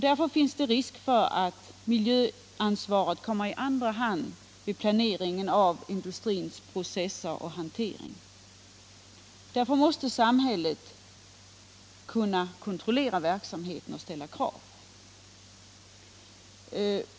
Därför finns det risk för att miljöansvaret kommer i andra hand vid planeringen av industrins processer och hantering, och därför måste samhället kunna kontrollera verksamheten och ställa krav.